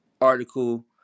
article